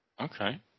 Okay